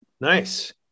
Nice